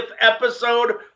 episode